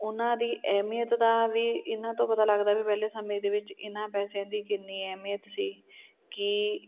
ਉਹਨਾਂ ਦੀ ਅਹਿਮੀਅਤ ਦਾ ਵੀ ਇਹਨਾਂ ਤੋਂ ਪਤਾ ਲੱਗਦਾ ਵੀ ਪਹਿਲੇ ਸਮੇਂ ਦੇ ਵਿੱਚ ਇਹਨਾਂ ਪੈਸਿਆਂ ਦੀ ਕਿੰਨੀ ਅਹਿਮੀਅਤ ਸੀ ਕੀ